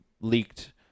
leaked